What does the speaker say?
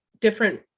different